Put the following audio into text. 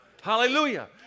Hallelujah